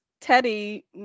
Teddy